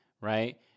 right